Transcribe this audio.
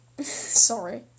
sorry